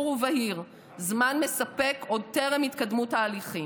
ובהיר זמן מספק עוד בטרם התקדמות ההליכים.